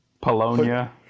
Polonia